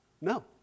No